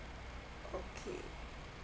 okay